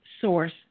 source